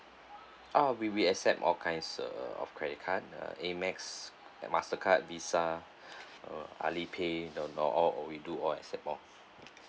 ah we we accept all kinds uh of credit card uh a max at mastercard visa uh alipay uh all all we do accept all